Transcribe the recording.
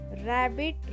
rabbit